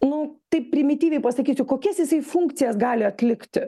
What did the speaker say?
nu taip primityviai pasakysiu kokias jisai funkcijas gali atlikti